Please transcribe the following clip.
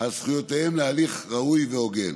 על זכויותיהם להליך ראוי והוגן.